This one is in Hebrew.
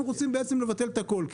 אנחנו רוצים לבטל את הכול.